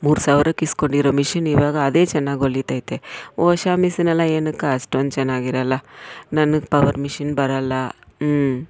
ಮೂರು ಸಾವ್ರಕ್ಕೆ ಈಸ್ಕೊಂಡಿರೋ ಮಿಷಿನ್ ಇವಾಗ ಅದೇ ಚೆನ್ನಾಗಿ ಹೊಲೀತೈತೆ ಹೊಸ ಮಿಸಿನ್ನೆಲ್ಲ ಏನಕ್ಕ ಅಷ್ಟೊಂದು ಚೆನ್ನಾಗಿರಲ್ಲ ನನಗೆ ಪವರ್ ಮಿಷಿನ್ ಬರಲ್ಲ ಹ್ಞೂ